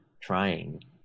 trying